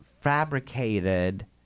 fabricated